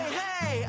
hey